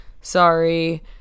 sorry